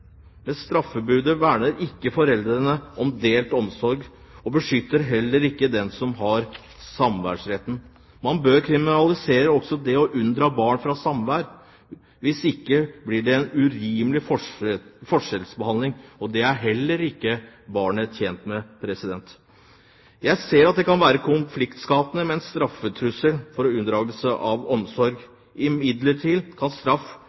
og beskytter heller ikke den som har samværsretten. Man bør kriminalisere også det å unndra barn samvær, hvis ikke blir det en urimelig forskjellsbehandling, og det er heller ikke barnet tjent med. Jeg ser at det kan være konfliktskapende med en straffetrussel for unndragelse av omsorg. Imidlertid kan straff